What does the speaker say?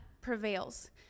prevails